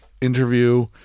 interview